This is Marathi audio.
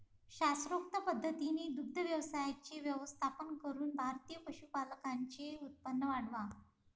शास्त्रोक्त पद्धतीने दुग्ध व्यवसायाचे व्यवस्थापन करून भारतीय पशुपालकांचे उत्पन्न वाढवा